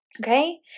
Okay